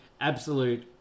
Absolute